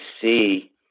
see